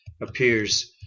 appears